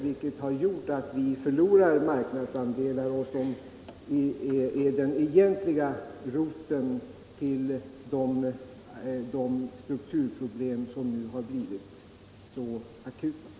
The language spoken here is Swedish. Det har gjort att vi förlorat marknadsandelar, vilket är roten och upphovet till de strukturproblem som nu har blivit så akuta.